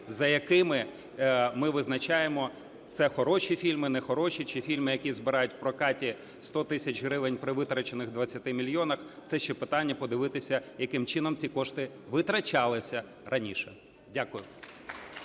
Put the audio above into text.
за якими ми визначаємо це хороші фільми, нехороші чи фільми, які збирають в прокаті 100 тисяч гривень при витрачених 20 мільйонах. Це ще питання подивитися яким чином ці кошти витрачалися раніше. Дякую.